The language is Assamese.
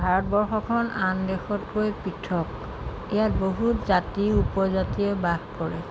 ভাৰতবৰ্ষখন আন দেশতকৈ পৃথক ইয়াত বহু জাতি উপজাতিয়ে বাস কৰে